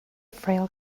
frail